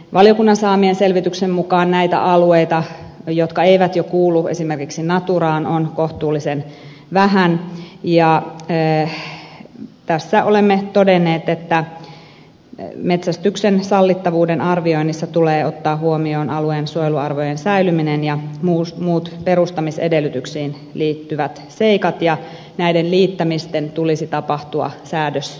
valiokunnan saamien selvitysten mukaan näitä alueita jotka eivät jo kuulu esimerkiksi naturaan on kohtuullisen vähän ja tässä olemme todenneet että metsästyksen sallittavuuden arvioinnissa tulee ottaa huomioon alueen suojeluarvojen säilyminen ja muut perustamisedellytyksiin liittyvät seikat ja näiden liittämisten tulisi tapahtua säädösteitse